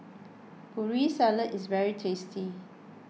Putri Salad is very tasty